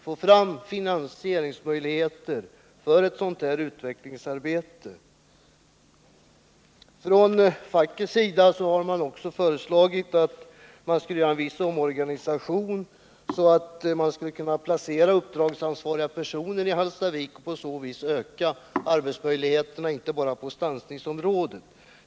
Facket har vidare föreslagit att myndigheten skulle genomföra en viss omorganisation och placera uppdragsansvariga personer i Hallstavik, så att man på så vis skulle kunna öka omfattningen av arbetsuppgifterna inte bara på stansningsområdet.